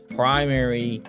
primary